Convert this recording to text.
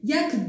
Jak